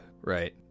right